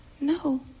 no